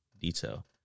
detail